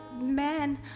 men